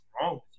wrong